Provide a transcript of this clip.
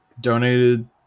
Donated